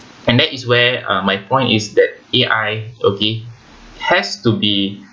and that is where uh my point is that A_I okay has to be